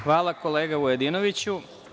Hvala, kolega Vujadinoviću.